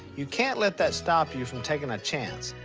you can't let that stop you from taking a chance.